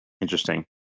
Interesting